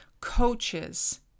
coaches